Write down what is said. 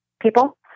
people